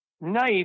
knife